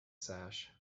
sash